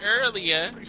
earlier